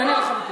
ענייני לחלוטין.